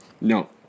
no